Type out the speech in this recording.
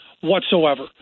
whatsoever